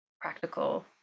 practical